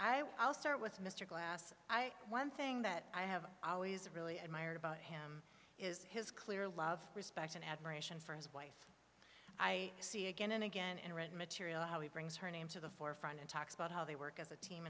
i'll start with mr glass i one thing that i have always really admired about him is his clear love respect and admiration for his wife i see again and again and read material how he brings her name to the forefront and talks about how they work as a team